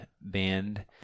band